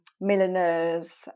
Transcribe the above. Milliners